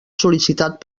sol·licitat